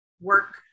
work